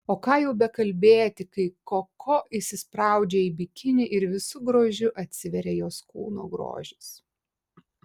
o ką jau bekalbėti kai koko įsispraudžia į bikinį ir visu grožiu atsiveria jos kūno grožis